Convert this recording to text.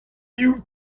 you